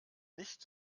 nicht